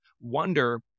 Wonder